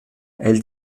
elle